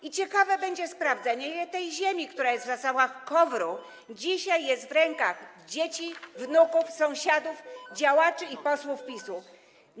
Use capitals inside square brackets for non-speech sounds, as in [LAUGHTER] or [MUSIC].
I ciekawe będzie sprawdzenie, ile tej ziemi, [NOISE] która jest w zasobach KOWR-u, dzisiaj jest w rękach dzieci, wnuków, sąsiadów, działaczy i posłów PiS-u.